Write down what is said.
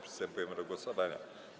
Przystępujemy do głosowania.